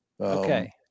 Okay